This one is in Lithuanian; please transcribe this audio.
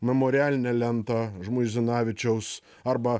memorialinę lentą žmuizinavičiaus arba